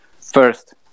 first